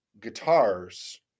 guitars